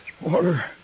Water